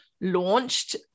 launched